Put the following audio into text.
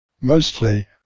Mostly